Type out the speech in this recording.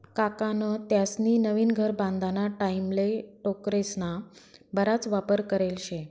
काकान त्यास्नी नवीन घर बांधाना टाईमले टोकरेस्ना बराच वापर करेल शे